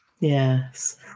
yes